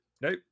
nope